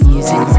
Music